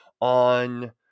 on